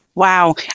Wow